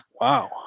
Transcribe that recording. Wow